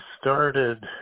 started